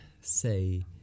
say